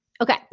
Okay